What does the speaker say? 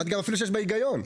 ואמרתי גם שיש בה היגיון.